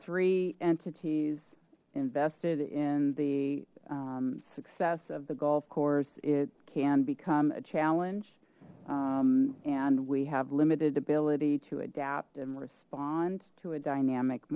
three entities invested in the success of the golf course it can become a challenge and we have limited ability to adapt and respond to a dynamic